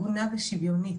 הגונה ושוויונית.